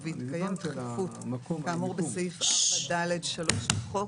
התש"ף-2020 (להלן החוק) ובהתקיים דחיפות כאמור בסעיף 4(ד)(3) לחוק,